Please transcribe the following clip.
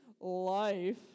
life